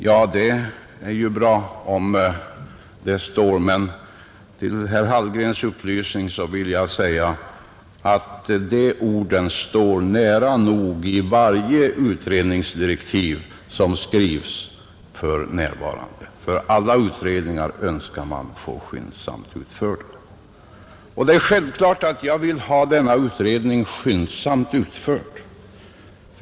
Ja, det är bra om det står, men till herr Hallgrens upplysning vill jag säga att de orden står nära nog i varje utredningsdirektiv som skrivs för närvarande, för alla utredningar önskar man få skyndsamt utförda. Det är självklart, att jag vill ha denna utredning skyndsamt utförd.